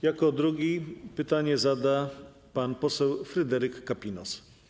Jako drugi pytanie zada pan poseł Fryderyk Kapinos.